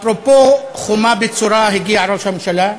אפרופו חומה בצורה, הגיע ראש הממשלה.